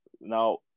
Now